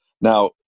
Now